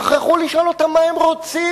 שכחו לשאול אותם מה הם רוצים.